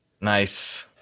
Nice